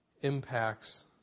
impacts